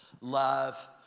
love